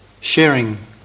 Sharing